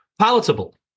palatable